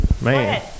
Man